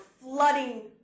flooding